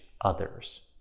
others